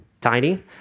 tiny